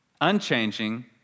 unchanging